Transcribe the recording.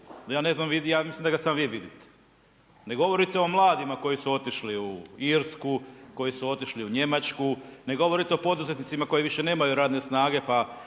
HDZ provodi, ja mislim da ga samo vi vidite. Ne govorite o mladima koji su otišli u Irsku, koji su otišli u Njemačku, ne govorite o poduzetnicima, koji više nemaju radne snage, pa